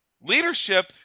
leadership